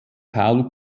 paul